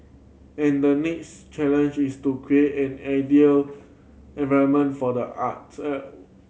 and the next challenge is to create an ideal environment for the art